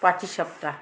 পাটি সাপটা